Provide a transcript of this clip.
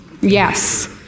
Yes